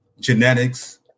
genetics